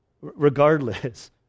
Regardless